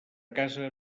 casa